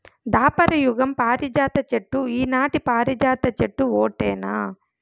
దాపర యుగం పారిజాత చెట్టు ఈనాటి పారిజాత చెట్టు ఓటేనా